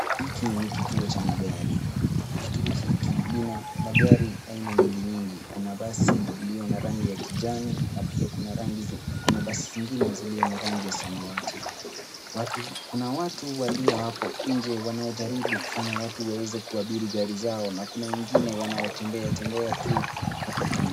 Hiki ni kituo cha magari .Kituo hiki lina magari aina nyingi nyingi. Kuna basi iliyo na rangi ya kijani na pia Kuna basi zingine zilio na rangi ya samawati. Kuna watu walio hapo nje wanaojaribu kufanya watu waweze kuabiri gari zao na kuna wengine wanaotembea tembea tu hapo kando.